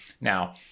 Now